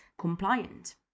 compliant